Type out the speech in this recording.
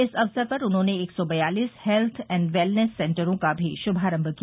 इस अवसर पर उन्होंने एक सौ बयालीस हेत्थ एण्ड वेल्नेस सेन्टरों का भी शुभारम किया